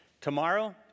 Tomorrow